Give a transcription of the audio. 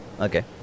okay